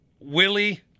Willie